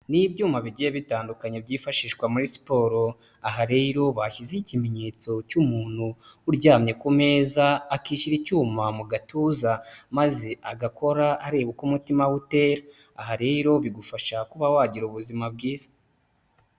Ni ibyuma bigiye bitandukanye byifashishwa muri siporo, aha rero bashyizeho ikimenyetso cy'umuntu uryamye ku meza akishyira icyuma mu gatuza maze agakora areba uko umutima we utera, aha rero bigufasha kuba wagira ubuzima bwiza.